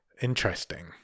Interesting